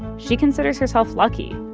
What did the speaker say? she considers herself lucky.